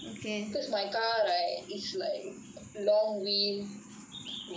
because my car right is like long wind wider